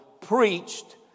preached